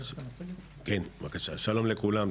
שלום לכולם.